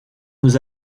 nous